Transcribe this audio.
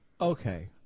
Okay